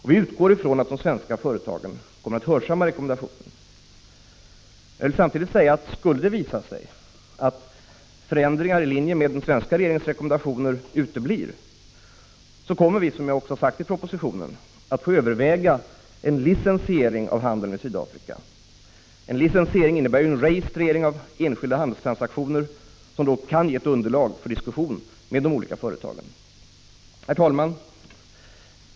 Vi utgår från att de svenska företagen kommer att hörsamma rekommendationen. Om det skulle visa sig att förändringar i linje med den svenska regeringens rekommendationer uteblir, kommer vi, såsom jag har anfört i propositionen, att få överväga en licensiering av handeln med Sydafrika. En licensiering innebär ju en registrering av enskilda handelstransaktioner, som kan ge ett underlag för diskussion med de olika företagen. Herr talman!